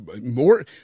more